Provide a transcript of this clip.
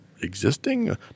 existing